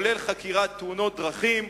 לרבות חקירת תאונות דרכים.